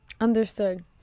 understood